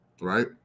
Right